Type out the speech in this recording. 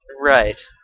Right